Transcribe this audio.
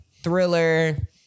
thriller